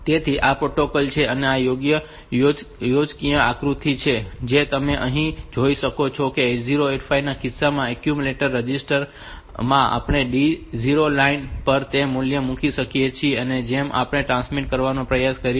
તેથી આ પ્રોટોકોલ છે આ એક યોજનાકીય આકૃતિ છે જે તમે અહીં જોઈ શકો છો કે 8085 ના કિસ્સામાં એક્યુમ્યુલેટર રજીસ્ટર માં આપણે D0 લાઇન પર તે મૂલ્ય મૂકી શકીએ છીએ કે જેને આપણે ટ્રાન્સમિટ કરવાનો પ્રયાસ કરી રહ્યા છીએ